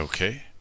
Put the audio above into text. Okay